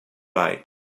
light